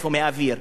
מהאוויר.